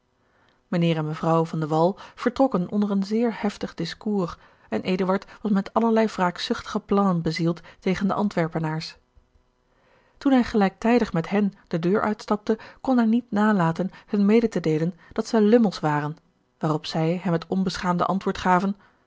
mijnheer en mevrouw van de wall vertrokken onder een zeer heftig discours en eduard was met allerlei wraakzuchtige plannen bezield tegen de antwerpenaars george een ongeluksvogel toen hij gelijktijdig met hen de deur uitstapte kon hij niet nalaten hun mede te deelen dat zij lummels waren waarop zij hem het onbeschaamde antwoord gaven